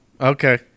Okay